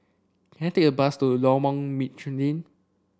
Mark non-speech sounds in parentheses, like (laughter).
can I take a bus to Lorong (unintelligible)